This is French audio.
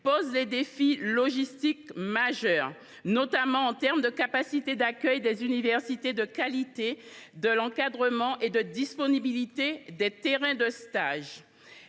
pose des défis logistiques majeurs, notamment en termes de capacité d’accueil des universités, de qualité de l’encadrement et de disponibilité des terrains de stage.